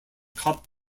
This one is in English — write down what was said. cup